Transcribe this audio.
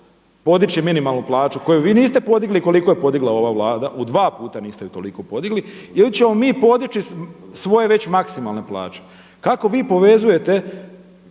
podići minimalnu plaću koju vi niste podigli koliko je podigla ova Vlada, u dva puta niste je toliko podigli. Ili ćemo mi podići svoje već maksimalne plaće. Kako vi povezujete